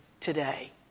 today